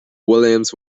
williams